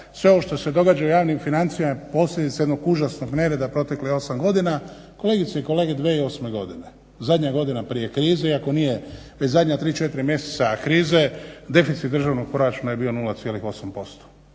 sve ovo što se događa u javnim financijama je posljedica jednog užasnog nereda proteklih 8 godina, kolegice i kolege 2008. godina, zadnja godina prije krize, iako nije već zadnja tri, četiri mjeseca krize deficit državnog proračuna je bio 0,8%.